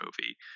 movie